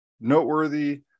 noteworthy